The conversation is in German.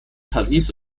paris